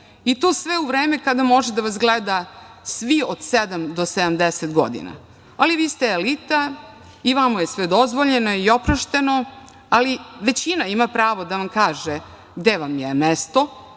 i to sve u vreme kada mogu da vas gledaju svi, od sedam do 70 godina. Ali, vi ste elita i vama je sve dozvoljeno i oprošteno, ali većina ima pravo da vam kaže gde vam je mesto,